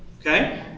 Okay